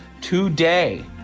today